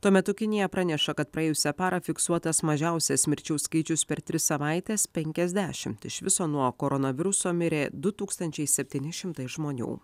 tuo metu kinija praneša kad praėjusią parą fiksuotas mažiausias mirčių skaičius per tris savaites penkiasdešimt iš viso nuo koronaviruso mirė du tūkstančiai septyni šimtai žmonių